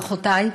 ברכותי,